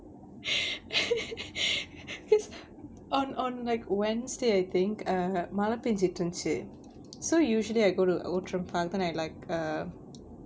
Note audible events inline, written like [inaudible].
[laughs] on on like wednesday I think err மழ பேஞ்சுட்டு இருந்ச்சு:mala penjittu irunchu so usually I go to outram park then I like err